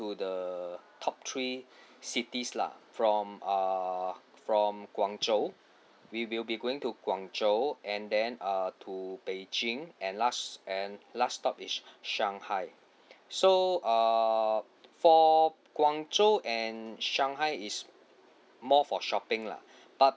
the top three cities lah from uh from guangzhou we will be going to guangzhou and then err to beijing and last and last stop is shanghai so err for guangzhou and shanghai is more for shopping lah but